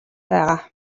байгаа